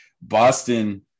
Boston